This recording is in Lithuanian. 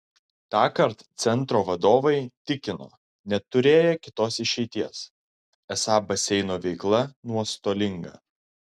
tąkart centro vadovai tikino neturėję kitos išeities esą baseino veikla nuostolinga